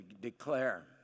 declare